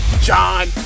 John